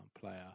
player